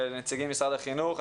ולנציגים ממשרד החינוך.